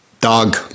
Dog